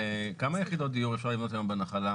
כמה יחידות דיור אפשר לבנות היום בנחלה,